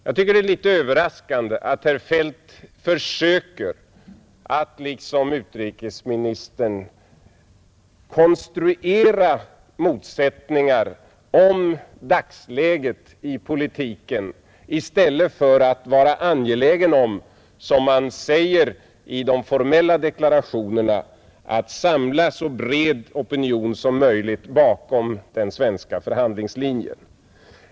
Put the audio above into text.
Jag tycker det är litet överraskande att herr Feldt, liksom utrikesministern, försöker konstruera motsättningar om dagsläget i politiken i stället för att vara angelägen om — som man säger i de formella deklarationerna — att samla en så bred opinion som möjligt bakom den svenska förhandlingslinjen.